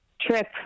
trip